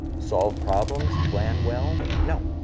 solve problems, plan well? no!